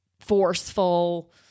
forceful